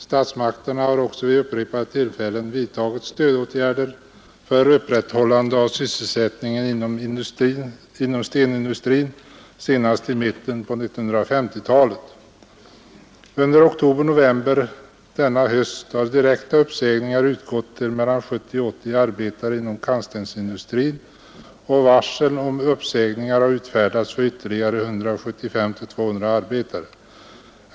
Statsmakterna har också vid upprepade tillfällen vidtagit stödåtgärder för upprätthållande av sysselsättningen inom stenindustrin, senast i mitten av 1950-talet. Under oktober och november denna höst har direkta uppsägningar utgått till mellan 70 och 80 arbetare inom kantstensindustrin, och varsel om uppsägningar har utfärdats för ytterligare 175—200 arbetare.